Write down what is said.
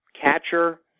catcher